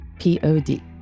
P-O-D